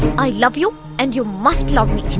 i love you and you must love me.